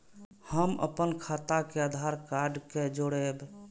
हम अपन खाता के आधार कार्ड के जोरैब?